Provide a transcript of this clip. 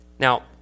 Now